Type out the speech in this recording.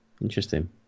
Interesting